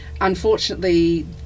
Unfortunately